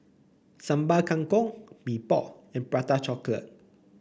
Sambal Kangkong Mee Pok and Prata Chocolate